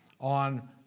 on